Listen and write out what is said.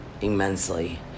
immensely